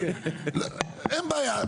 אין בעיה.